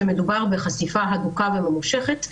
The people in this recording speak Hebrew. כשמדובר בחשיפה הדוקה וממושכת,